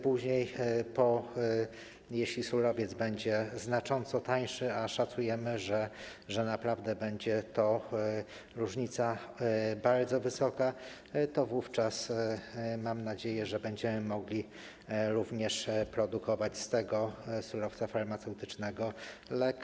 Później, jeśli surowiec będzie znacząco tańszy - a szacujemy, że naprawdę będzie to różnica bardzo wysoka - to mam nadzieję, że wówczas będziemy mogli również produkować z tego surowca farmaceutycznego lek.